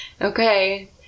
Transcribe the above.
okay